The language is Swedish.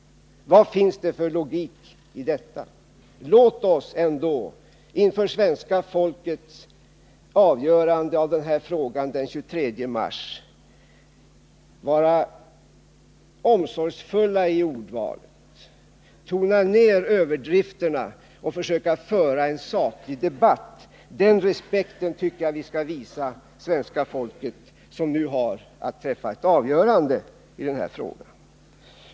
Vad finns det för logik i detta? Låt oss ändå inför svenska folkets avgörande av denna fråga den 23 mars vara omsorgsfulla i ordvalet, tona ned överdrifterna och försöka föra en saklig debatt. Den respekten tycker jag vi skall visa svenska folket, som nu har att träffa ett avgörande i denna fråga.